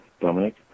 Dominic